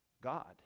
God